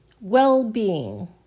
Well-being